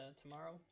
tomorrow